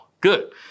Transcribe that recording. Good